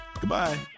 goodbye